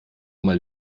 mal